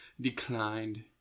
declined